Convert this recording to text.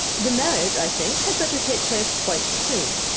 the marriage, i think, had better take place quite soon.